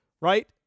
right